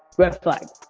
red flag.